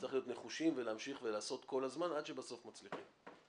צריך להיות נחושים ולעשות כל הזמן עד שבסוף מצליחים.